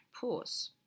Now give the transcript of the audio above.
pause